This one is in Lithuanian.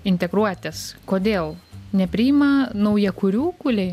integruotis kodėl nepriima naujakurių kūliai